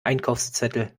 einkaufszettel